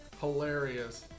hilarious